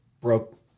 Broke